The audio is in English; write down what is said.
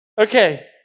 okay